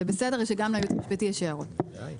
זה לא הייעוץ המשפטי, זה חברי כנסת קודם כול.